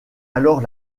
alors